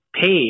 paid